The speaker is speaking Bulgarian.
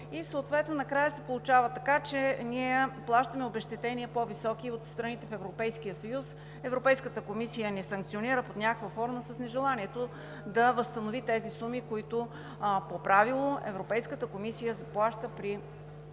накрая се получава така, че ние плащаме по-високи обезщетения от страните в Европейския съюз. Европейската комисия ни санкционира под някаква форма с нежеланието да възстанови тези суми, които по правило Европейската комисия заплаща при подобна